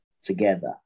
together